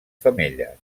femelles